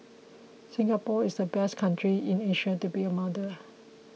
Singapore is the best country in Asia to be a mother